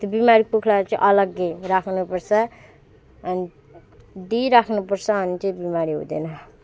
त्यो बिमारी कुखुरालाई चाहिँ अलगै राख्नुपर्छ अनि दिइराख्नुपर्छ अनि चाहिँ बिमारी हुँदैन